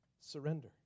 surrender